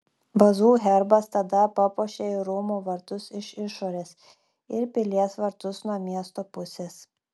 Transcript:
vazų herbas tada papuošė ir rūmų vartus iš išorės ir pilies vartus nuo miesto pusės